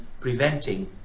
preventing